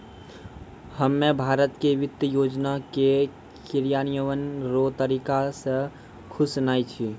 हम्मे भारत के वित्त योजना के क्रियान्वयन रो तरीका से खुश नै छी